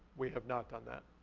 we have not done that.